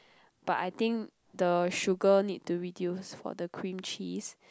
but I think the sugar need to reduce for the cream cheese